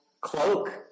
cloak